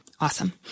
Awesome